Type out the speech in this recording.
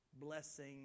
blessing